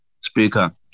Speaker